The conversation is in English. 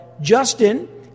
Justin